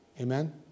Amen